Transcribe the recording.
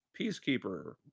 Peacekeeper